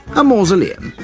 a mausoleum,